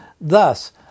Thus